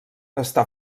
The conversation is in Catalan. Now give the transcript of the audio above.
està